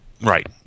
Right